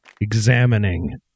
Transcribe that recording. examining